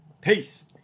peace